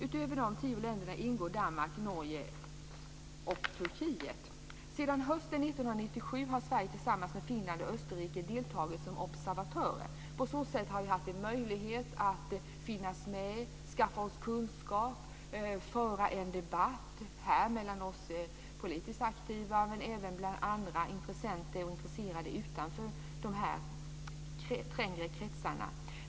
Utöver de tio länderna ingår Danmark, Norge och Turkiet. Sedan hösten 1997 har Sverige tillsammans med Finland och Österrike deltagit som observatörer. På så sätt har vi haft en möjlighet att finnas med, skaffa oss kunskap och föra en debatt - här mellan oss politiskt aktiva men även bland andra intressenter och intresserade utanför de här trängre kretsarna.